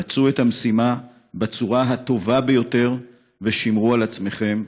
בצעו את המשימה בצורה הטובה ביותר ושמרו על עצמכם,